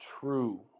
true